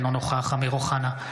אינו נוכח אמיר אוחנה,